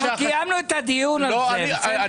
אנחנו קיימנו את הדיון הזה.